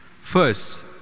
First